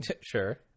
Sure